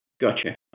gotcha